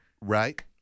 Right